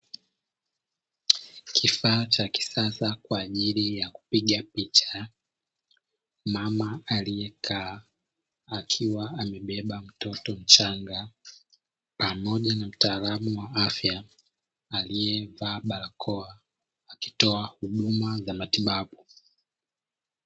Kifaa cha kisasa kwa ajili ya kupiga picha, mama aliyekaa akiwa amebeba mtoto mchanga, pamoja na mtaalamu wa afya aliyevaa barakoa akitoa huduma za matibabu.